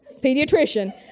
pediatrician